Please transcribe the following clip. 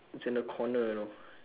it's in a corner you know